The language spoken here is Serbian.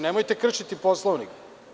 Nemojte kršiti Poslovnik.